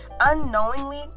unknowingly